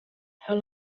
how